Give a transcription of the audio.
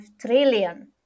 trillion